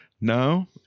No